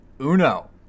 uno